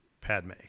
Padme